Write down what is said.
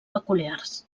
peculiars